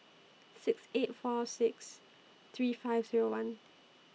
six eight four six three five Zero one